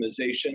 optimization